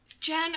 Jen